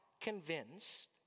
convinced